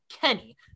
Kenny